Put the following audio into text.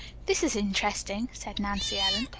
this is interesting, said nancy ellen.